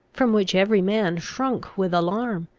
from which every man shrunk with alarm,